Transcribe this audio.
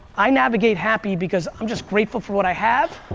i navigate happy because i'm just grateful for what i have,